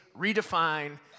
redefine